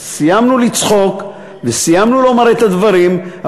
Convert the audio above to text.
אז סיימנו לצחוק וסיימנו לומר את הדברים,